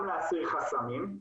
גם להסיר חסמים,